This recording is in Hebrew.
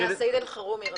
זה לגבי נציגי ציבור.